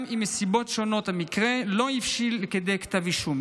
גם אם מסיבות שונות המקרה לא הבשיל לכדי כתב אישום.